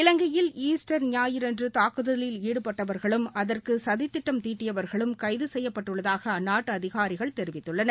இலங்கையில் ஈஸ்டர் ஞாயிறன்று தாக்குதலில் ஈடுபட்டவர்களும் அதற்கு சதித்திட்டம் தீட்டியவர்களும் கைது செய்யப்பட்டுள்ளதாக அந்நாட்டு அதிகாரிகள் தெரிவித்துள்ளனர்